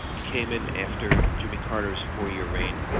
he came in after jimmy carter's four-year reign,